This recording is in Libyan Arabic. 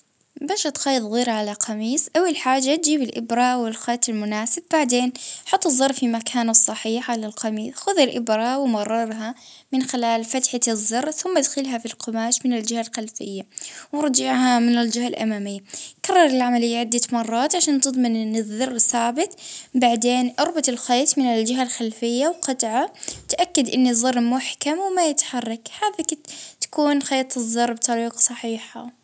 اه الأدوات خد خيط وإبرة بنفس لون الق السورية، تبت الزر حط الزر اه في مكانه مرر الخيط في الطبجات متاع الزر شد الخيط كرر العملية حتى يتثبت كويس تثبيت النهائي، أعجد الخيط التالي باش ما يتحلش.